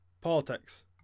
Politics